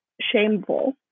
shameful